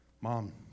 mom